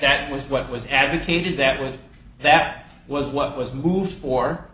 that was what was advocated that was that was what was moved for